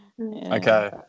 Okay